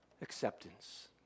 acceptance